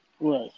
Right